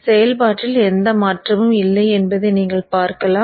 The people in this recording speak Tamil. செயல்பாட்டில் எந்த மாற்றமும் இல்லை என்பதை நீங்கள் பார்க்கலாம்